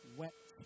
wet